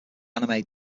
anime